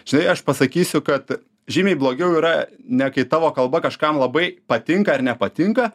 žinai aš pasakysiu kad žymiai blogiau yra ne kai tavo kalba kažkam labai patinka ar nepatinka